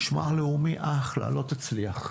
המשמר הלאומי אחלה, אבל לא תצליח.